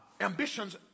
Ambitions